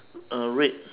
uh red